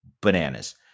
Bananas